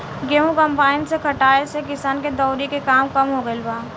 गेंहू कम्पाईन से कटाए से किसान के दौवरी के काम कम हो गईल बा